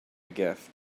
gift